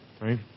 right